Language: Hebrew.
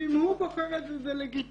ואם הוא בוחר את זה זה לגיטימי.